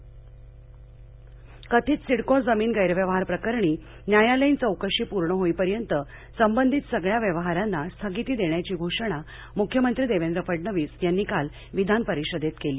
म्ख्यमंत्री घोषणाः कथित सिडको जमीन गैरव्यवहाराप्रकरणी न्यायालयीन चौकशी पूर्ण होईपर्यंत संबंधित सगळ्या व्यवहारांना स्थगिती देण्याची घोषणा मुख्यमंत्री देवेंद्र फडणवीस यांनी काल विधानपरिषदेत केली